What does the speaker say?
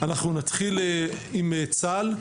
נתחיל עם צה"ל.